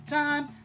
time